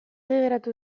geratu